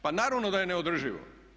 Pa naravno da je neodrživo.